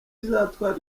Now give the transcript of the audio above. izatwara